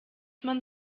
man